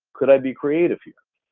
could i be creative here?